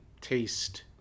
taste